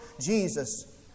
Jesus